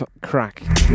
crack